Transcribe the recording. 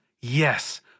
yes